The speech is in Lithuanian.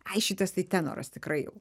ai šitas tai tenoras tikrai jau